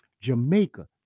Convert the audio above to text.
Jamaica